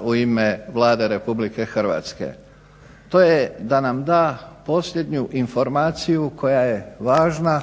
u ime Vlade RH, to je da nam da posljednju informaciju koja je važna